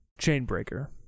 Chainbreaker